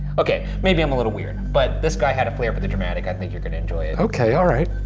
okay, maybe i'm a little weird. but this guy had a flare for the dramatic. i think you're gonna enjoy it. okay, alright.